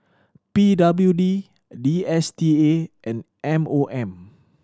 P W D D S T A and M O M